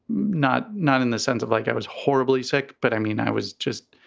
not not in the sense of like i was horribly sick, but i mean, i was just.